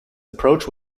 approach